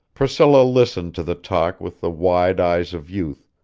priscilla listened to the talk with the wide eyes of youth,